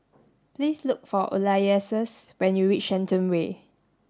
please look for Ulysses when you reach Shenton Way